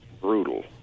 brutal